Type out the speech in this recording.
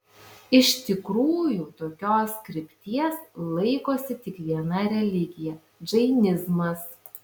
iš tikrųjų tokios krypties laikosi tik viena religija džainizmas